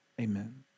Amen